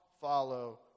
follow